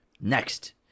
Next